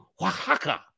Oaxaca